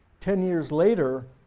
ten years later